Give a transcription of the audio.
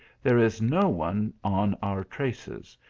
there is no one on our traces,